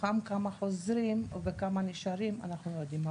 מתוכם כמה חוזרים וכמה נשארים אנחנו לא יודעים.